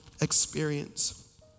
experience